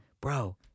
bro